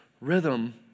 Rhythm